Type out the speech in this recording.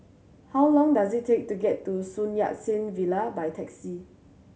how long does it take to get to Sun Yat Sen Villa by taxi